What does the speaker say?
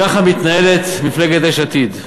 ככה מתנהלת מפלגת יש עתיד.